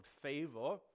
favor